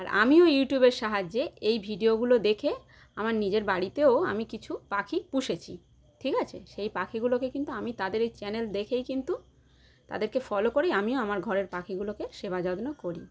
আর আমিও ইউটিউবের সাহায্যে এই ভিডিওগুলো দেখে আমার নিজের বাড়িতেও আমি কিছু পাখি পুষেছি ঠিক আছে সেই পাখিগুলোকে কিন্তু আমি তাদের ওই চ্যানেল দেখেই কিন্তু তাদেরকে ফলো করি আমিও আমার ঘরের পাখিগুলোকে সেবা যত্ন করি